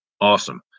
Awesome